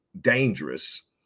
dangerous